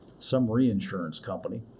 some re-insurance company